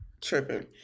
tripping